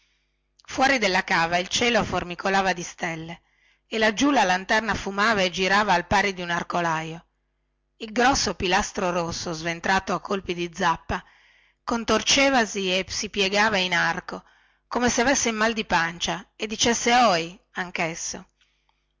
fuori della cava il cielo formicolava di stelle e laggiù la lanterna fumava e girava al pari di un arcolaio ed il grosso pilastro rosso sventrato a colpi di zappa contorcevasi e si piegava in arco come se avesse il mal di pancia e dicesse ohi ohi anchesso